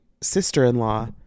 sister-in-law